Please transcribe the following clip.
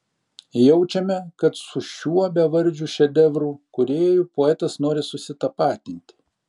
jaučiame kad su šiuo bevardžiu šedevrų kūrėju poetas nori susitapatinti